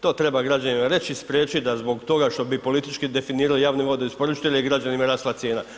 To treba građanima reći i spriječiti da zbog toga što bi politički definirali javne vodoisporučitelje, građanima rasla cijena.